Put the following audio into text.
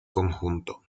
conjunto